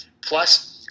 plus